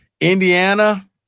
Indiana